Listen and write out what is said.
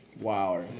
wow